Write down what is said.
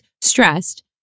stressed